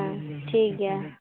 ᱦᱮᱸ ᱴᱷᱤᱠ ᱜᱮᱭᱟ